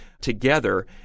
together